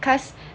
cause